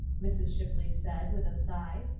mrs. shipley said, with a sigh,